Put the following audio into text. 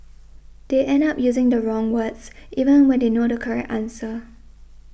they end up using the wrong words even when they know the correct answer